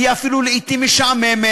היא אפילו לעתים משעממת,